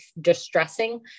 distressing